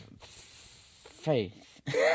faith